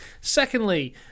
Secondly